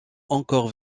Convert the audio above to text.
encore